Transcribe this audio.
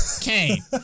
Kane